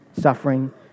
suffering